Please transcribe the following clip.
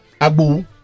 Abu